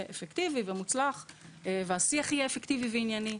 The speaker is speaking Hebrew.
אפקטיבי ומוצלח והשיח יהיה אפקטיבי וענייני,